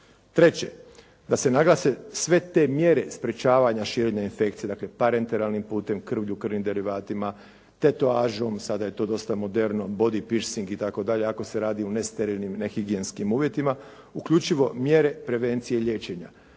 Treće, da se naglase sve te mjere sprječavanja širenja infekcije, dakle parenteralnim putem, krvlju, krvnim derivatima, tetovažom, sada je to dosta moderno, body piercing itd., ako se radi u nesterilnim, nehigijenskim uvjetima, uključivo mjere prevencije liječenja.